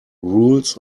rules